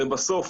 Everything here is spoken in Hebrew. זה בסוף